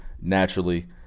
naturally